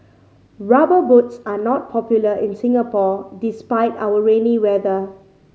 Rubber Boots are not popular in Singapore despite our rainy weather